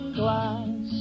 glass